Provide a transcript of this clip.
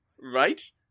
Right